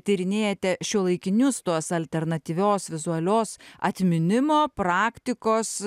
tyrinėjate šiuolaikinius tos alternatyvios vizualios atminimo praktikos